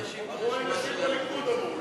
אמרו שאין נשים, אמרו: אין נשים בליכוד, אמרו, לא?